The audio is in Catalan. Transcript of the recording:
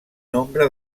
nombre